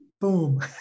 boom